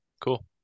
Cool